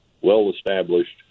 well-established